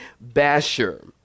basher